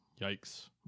Yikes